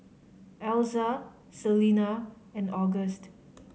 Elza Selena and August